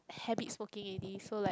habit smoking already so it's like